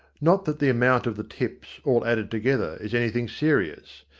not that the amount of the tips, all added together, is anything serious.